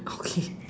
okay